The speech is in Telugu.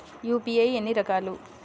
యూ.పీ.ఐ ఎన్ని రకాలు?